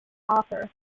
author